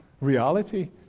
reality